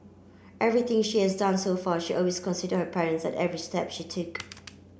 everything she has done so far she always considered her parents at every step she take